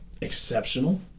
exceptional